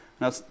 Now